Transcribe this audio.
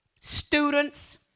students